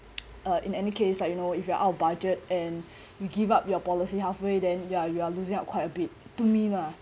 uh in any case like you know if you are out of budget and you give up your policy halfway then you are you are losing out quite a bit to me lah